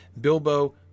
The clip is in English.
Bilbo